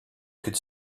could